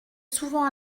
souvent